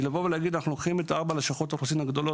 והיא לקחת את ארבע רשויות האוכלוסין הגדולות: